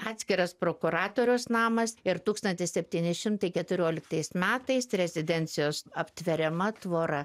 atskiras prokuratoriaus namas ir tūkstantis septyni šimtai keturioliktais metais rezidencijos aptveriama tvora